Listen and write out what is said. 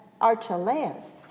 Archelaus